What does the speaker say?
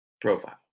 profile